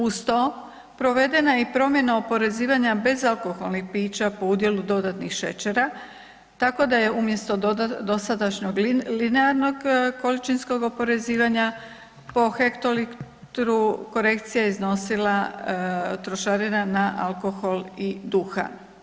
Uz to provedena je i promjena oporezivanja bezalkoholnih pića po udjelu dodatnih šećera, tako da je umjesto dosadašnjeg linearnog količinskog oporezivanja po hektolitru korekciju iznosila trošarina alkohol i duhan.